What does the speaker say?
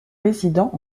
résident